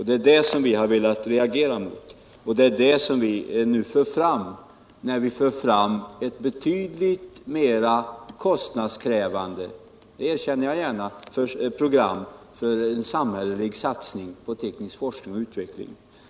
Det är detta vi har velat reagera mot och det är det som vi nu för fram, när vi föreslår ett program —- jag erkänner gärna att det är betydligt mera kostnadskrävande — för en samhällelig satsning på teknisk forskning och utveckling.